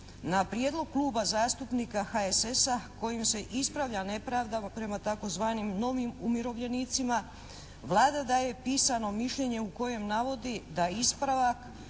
Na prijedlog Kluba zastupnika HSS-a, kojim se ispravlja nepravda, pa prema tzv. novim umirovljenicima Vlada daje pisano mišljenje u kojem navodi da ispravak